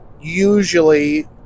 usually